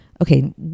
Okay